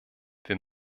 wir